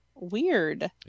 weird